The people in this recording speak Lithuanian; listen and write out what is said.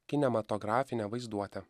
kinematografinę vaizduotę